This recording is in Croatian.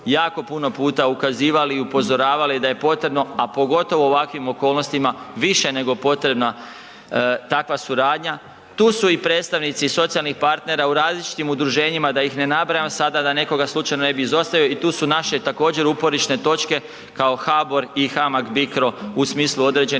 jako puno puta ukazivali i upozoravali da je potrebno, a pogotovo u ovakvim okolnostima više nego potrebna takva suradnja. Tu su i predstavnici socijalnih partnera u različitim udruženjima da ih ne nabrajam sada da nekoga ne bi slučajno izostavio i tu su naše također uporišne točke kao HABOR i HAMAG BICRO u smislu određenih